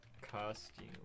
costume